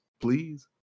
please